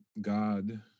God